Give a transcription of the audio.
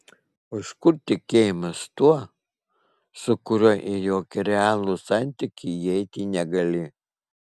o iš kur tikėjimas tuo su kuriuo į jokį realų santykį įeiti negali